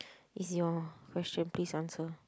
its your question please answer